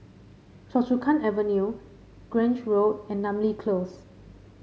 Choa Chu Kang Avenue Grange Road and Namly Close